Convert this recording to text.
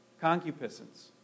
Concupiscence